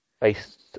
based